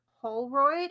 Holroyd